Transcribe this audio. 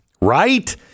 Right